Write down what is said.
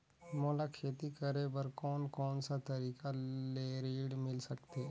मोला खेती करे बर कोन कोन सा तरीका ले ऋण मिल सकथे?